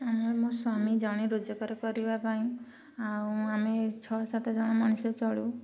ମୋ ସ୍ୱାମୀ ଜଣେ ରୋଜଗାର କରିବା ପାଇଁ ଆଉ ଆମେ ଛଅ ସାତ ଜଣ ମଣିଷ ଚଳୁ